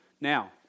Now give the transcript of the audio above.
Now